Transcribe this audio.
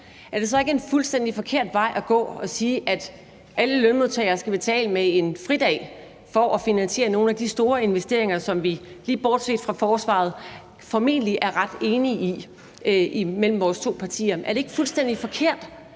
er det så ikke en fuldstændig forkert vej at gå at sige, at alle lønmodtagere skal betale med en fridag for at finansiere nogle af de store investeringer, som vi, lige bortset fra dem i forsvaret, formentlig er ret enige om mellem vores to partier? Er det ikke fuldstændig forkert